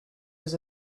was